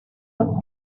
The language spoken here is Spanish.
los